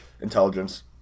intelligence